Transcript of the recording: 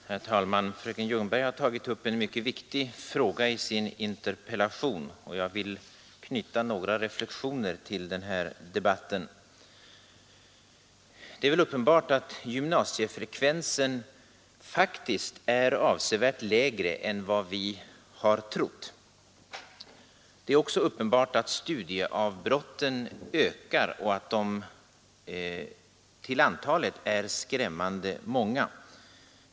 Herr talman! Fröken Ljungberg har tagit upp en mycket viktig fråga i sin interpellation. Jag vill knyta några reflexioner till den här debatten. Det är uppenbart att gymnasiefrekvensen faktiskt är avsevärt lägre än vad vi har trott. Det är också uppenbart att studieavbrotten ökar och att de till antalet är skrämmande många.